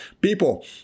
People